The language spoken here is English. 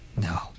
No